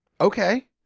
okay